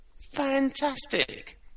fantastic